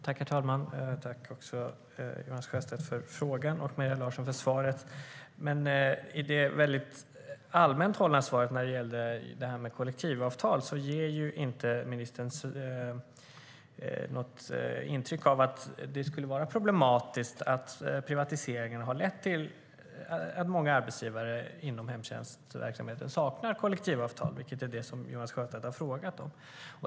Herr talman! Jag tackar Jonas Sjöstedt för frågan och Maria Larsson för svaret. I det väldigt allmänt hållna svaret när det gällde kollektivavtal ger dock inte ministern intryck av att det skulle vara problematiskt att privatiseringarna har lett till att många arbetsgivare inom hemtjänstverksamheten saknar kollektivavtal, vilket är det Jonas Sjöstedt har frågat om.